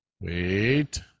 Wait